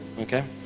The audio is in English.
Okay